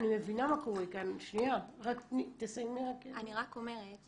זה נכון